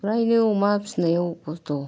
फ्रायनो अमा फिनायाव खस्थ'